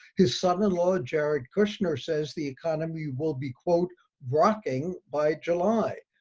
his son in law jared kushner says the economy will be, quote rocking by july,